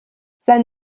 sein